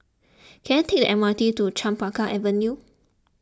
can I take the M R T to Chempaka Avenue